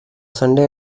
sunday